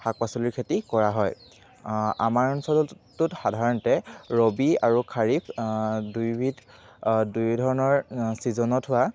শাক পাচলিৰ খেতি কৰা হয় আমাৰ অঞ্চলটোত সাধাৰণতে ৰবি আৰু খাৰিফ দুইবিধ দুইধৰণৰ ছিজনত হোৱা